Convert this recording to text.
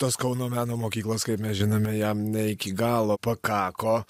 tos kauno meno mokyklos kaip mes žinome jam ne iki galo pakako